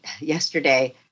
yesterday